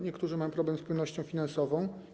Niektórzy mają problem z płynnością finansową.